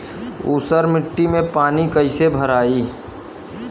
ऊसर मिट्टी में पानी कईसे भराई?